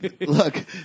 Look